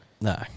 No